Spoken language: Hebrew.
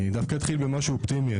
אני אתחיל במשהו אופטימי.